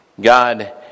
God